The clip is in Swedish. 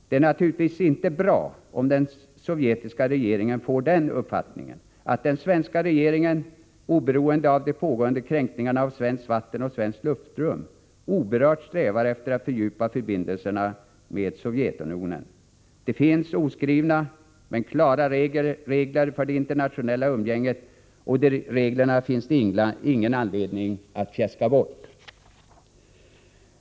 Det är naturligtvis inte bra om den sovjetiska regeringen får den uppfattningen, att den svenska regeringen — oberoende av de pågående kränkningarna av svenskt vatten och svenskt luftrum — oberört strävar efter att fördjupa förbindelserna med Sovjetunionen. Det finns oskrivna men | klara regler för det internationella umgänget, och de reglerna finns det ingen anledning att fjäska bort.